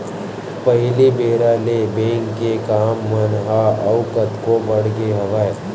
पहिली बेरा ले बेंक के काम मन ह अउ कतको बड़ गे हवय